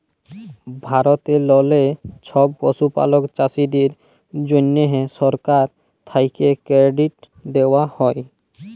ভারতেললে ছব পশুপালক চাষীদের জ্যনহে সরকার থ্যাকে কেরডিট দেওয়া হ্যয়